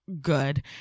good